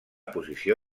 posició